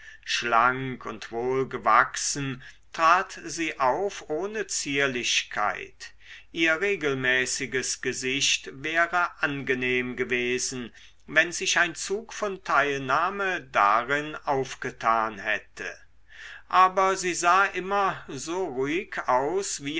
schlank und wohlgewachsen trat sie auf ohne zierlichkeit ihr regelmäßiges gesicht wäre angenehm gewesen wenn sich ein zug von teilnahme darin aufgetan hätte aber sie sah immer so ruhig aus